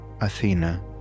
Athena